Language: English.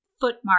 footmark